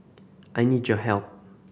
I need your help